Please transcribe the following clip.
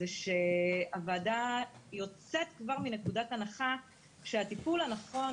זה שהוועדה יוצאת כבר מנקודת הנחה שהטיפול הנכון